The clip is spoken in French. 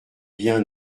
bien